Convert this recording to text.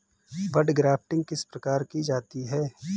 बड grafting किस प्रकार की जाती है?